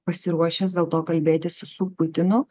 pasiruošęs dėl to kalbėtis su putinu